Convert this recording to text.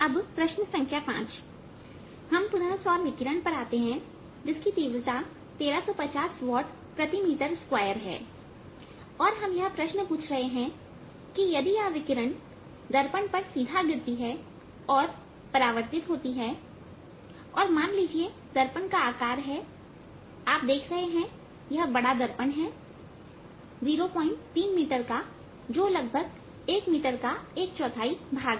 अब प्रश्न संख्या 5 हम पुनः सौर विकिरण पर आते हैं जिसकी तीव्रता 1350 वॉट प्रति मीटर स्क्वायर है और हम यह प्रश्न पूछ रहे हैं कि यदि यह विकिरण दर्पण पर अभिलंब रूप में गिरती है और परावर्तित होती है और मान लीजिए दर्पण का आकार हैआप देख रहे हैं कि यह बड़ा दर्पण है 03 मीटर का जो लगभग 1 मीटर का एक चौथाई भाग है